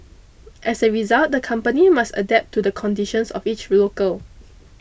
as a result the company must adapt to the conditions of each